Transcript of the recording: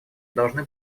должны